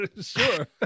Sure